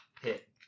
Hit